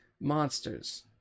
Monsters